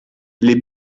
les